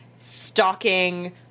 stalking